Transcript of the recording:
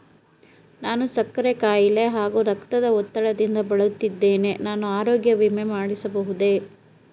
ನಾನು ಸಕ್ಕರೆ ಖಾಯಿಲೆ ಹಾಗೂ ರಕ್ತದ ಒತ್ತಡದಿಂದ ಬಳಲುತ್ತಿದ್ದೇನೆ ನಾನು ಆರೋಗ್ಯ ವಿಮೆ ಮಾಡಿಸಬಹುದೇ?